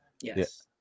yes